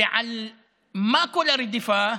ועל מה כל הרדיפה?